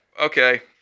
okay